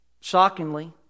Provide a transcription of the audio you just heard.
Shockingly